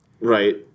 right